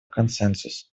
консенсус